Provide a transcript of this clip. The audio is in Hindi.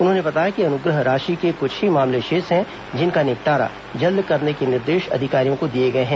उन्होंने बताया कि अनुग्रह राशि के कुछ ही मामले शेष हैं जिनका निपटरा जल्द करने के निर्देश अधिकारियों को दिए गए हैं